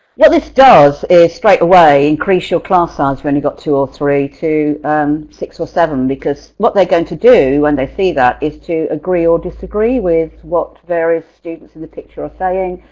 what this does is straightaway increase your class size when you got two or three to um six or seven. because what they're going to do when they see that is to agree or disagree with what various students and the teacher are saying.